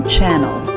Channel